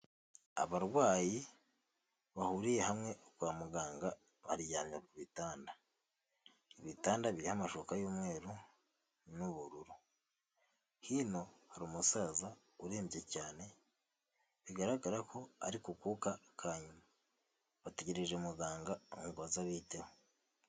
Abarwayi bahuriye hamwe kwa muganga baryamye ku bitanda, ibitanda biriho amashuka y'umweru n'ubururu, hino hari umusaza urembye cyane bigaragara ko ari kukuka kanyuma bategereje muganga nga aze abiteho.